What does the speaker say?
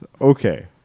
Okay